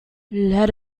let